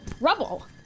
rubble